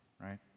right